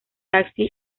taxi